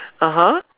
(uh huh)